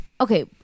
Okay